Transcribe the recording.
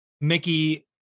Mickey